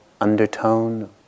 undertone